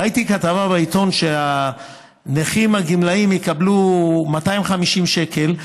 ראיתי כתבה בעיתון שהנכים הגמלאים יקבלו 250 שקל,